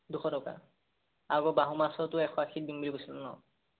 দুশ টকা আৰু বাহু মাছৰটো এশ আশীত দিম বুলি কৈছিল ন